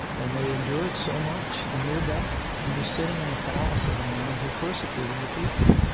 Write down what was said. and they endured so much, and you're back. and you're sitting in the palace of a man who persecuted your people.